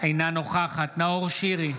אינה נוכחת נאור שירי,